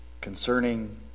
concerning